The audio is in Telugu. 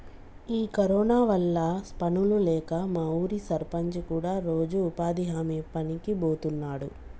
ఈ కరోనా వల్ల పనులు లేక మా ఊరి సర్పంచి కూడా రోజు ఉపాధి హామీ పనికి బోతున్నాడు